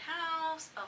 house